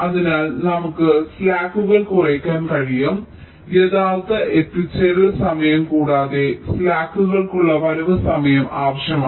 അതിനാൽ നമുക്ക് സ്ലാക്കുകൾ കുറയ്ക്കാൻ കഴിയും യഥാർത്ഥ എത്തിച്ചേരൽ സമയം കൂടാതെ സ്ലാക്കുകൾലുള്ള വരവ് സമയം ആവശ്യമാണ്